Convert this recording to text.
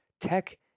Tech